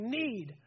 need